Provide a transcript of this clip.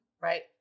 right